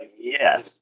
Yes